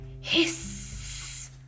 hiss